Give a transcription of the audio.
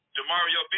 DeMario